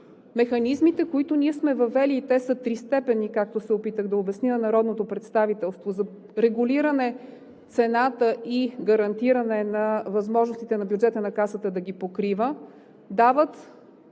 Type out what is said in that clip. механизмите, които ние сме въвели – и те са тристепенни, както се опитах да обясня на народното представителство, за регулиране цената и гарантиране на възможностите на бюджета на Касата да ги покрива, дават